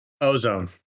Ozone